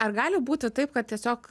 ar gali būti taip kad tiesiog